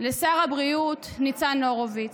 לשר הבריאות ניצן הורוביץ,